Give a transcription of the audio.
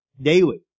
daily